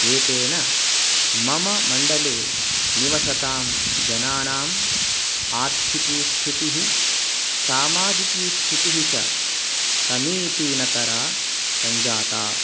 एतेन मम मण्डले निवसतां जनानाम् आर्थिकी स्थितिः सामाजिकी स्थितिः च समीचीनतरा सञ्जाता